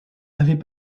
avait